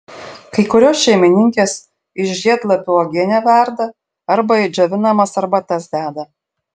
kai kurios šeimininkės iš žiedlapių uogienę verda arba į džiovinamas arbatas deda